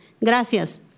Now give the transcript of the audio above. Gracias